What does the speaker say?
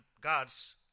God's